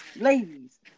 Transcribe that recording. ladies